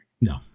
No